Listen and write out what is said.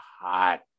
hot